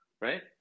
right